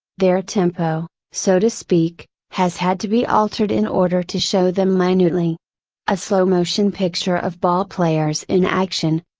their tempo, so to speak, has had to be altered in order to show them minutely. a slow motion picture of ballplayers in action,